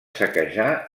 saquejar